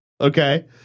Okay